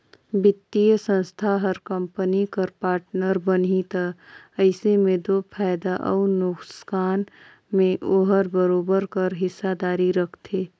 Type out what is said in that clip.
बित्तीय संस्था हर कंपनी कर पार्टनर बनही ता अइसे में दो फयदा अउ नोसकान में ओहर बरोबेर कर हिस्सादारी रखथे